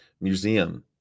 museum